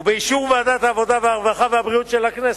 ובאישור ועדת העבודה, הרווחה והבריאות של הכנסת,